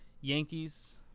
Yankees